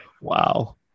Wow